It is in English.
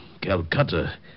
Calcutta